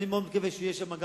אני מאוד מקווה שיהיה שם גם